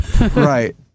Right